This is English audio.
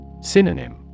Synonym